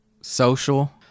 social